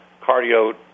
cardio